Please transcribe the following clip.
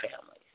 families